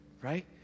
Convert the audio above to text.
right